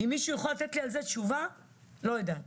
אם מישהו יוכל לתת לי על זה תשובה, לא יודעת.